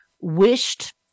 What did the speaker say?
wished